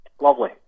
Lovely